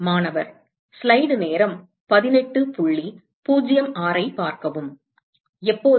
மாணவர் எப்போது